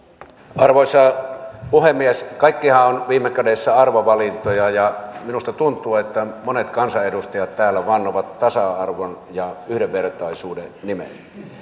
arvoisa puhemies kaikkihan ovat viime kädessä arvovalintoja ja minusta tuntuu että monet kansanedustajat täällä vannovat tasa arvon ja yhdenvertaisuuden nimeen